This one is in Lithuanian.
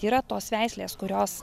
yra tos veislės kurios